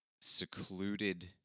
secluded